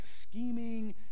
scheming